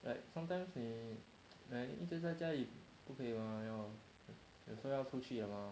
like sometimes 你 like 一直在家里不可以吗有时要出去吗